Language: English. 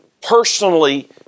personally